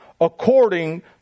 according